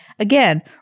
Again